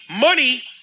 money